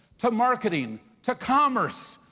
to marketing, to commerce,